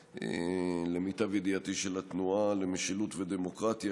למיטב ידיעתי תלונה של התנועה למשילות ודמוקרטיה,